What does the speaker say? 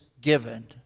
given